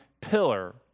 pillar